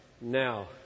Now